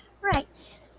Right